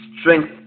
strength